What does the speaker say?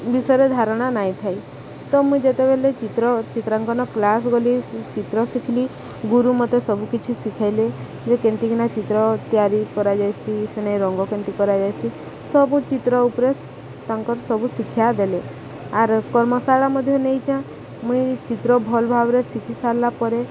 ବିଷୟରେ ଧାରଣା ନାଇଁଥାଏ ତ ମୁଇଁ ଯେତେବେଲେ ଚିତ୍ର ଚିତ୍ରାଙ୍କନ କ୍ଲାସ୍ ଗଲି ଚିତ୍ର ଶିଖିଲି ଗୁରୁ ମତେ ସବୁ କିଛି ଶିଖାଇଲେ ଯେ କେମତି କିନା ଚିତ୍ର ତିଆରି କରାଯାଇସି ସେନେ ରଙ୍ଗ କେମ୍ତି କରାଯାଇସି ସବୁ ଚିତ୍ର ଉପରେ ତାଙ୍କର ସବୁ ଶିକ୍ଷା ଦେଲେ ଆର୍ କର୍ମଶାଳା ମଧ୍ୟ ନେଇଚେ ମୁଇଁ ଚିତ୍ର ଭଲ୍ ଭାବରେ ଶିଖିସାରିଲା ପରେ